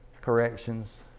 corrections